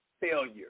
Failure